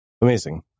Amazing